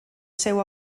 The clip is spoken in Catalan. seu